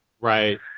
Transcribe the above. Right